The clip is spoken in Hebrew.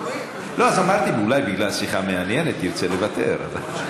אז אמרתי שאולי בגלל שיחה מעניינת תרצה לוותר.